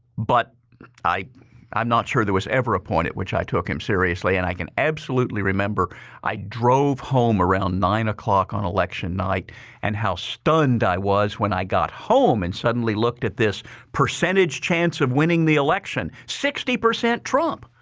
but i'm i'm not sure there was ever a point at which i took him seriously and i can absolutely remember i drove home around nine o'clock on election night and how stunned i was when i got home and suddenly looked at this percentage change of winning the election. sixty percent trump!